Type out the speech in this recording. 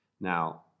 Now